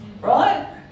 Right